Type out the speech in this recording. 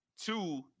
two